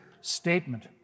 statement